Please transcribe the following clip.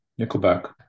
nickelback